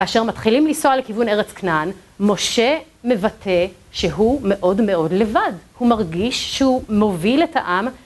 כאשר מתחילים לנסוע לכיוון ארץ כנען, משה מבטא שהוא מאוד מאוד לבד. הוא מרגיש שהוא מוביל את העם